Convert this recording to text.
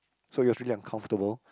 so it was really uncomfortable